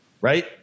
Right